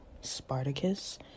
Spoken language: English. Spartacus